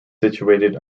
situated